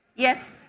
Yes